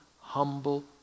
humble